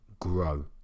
grow